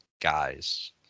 guys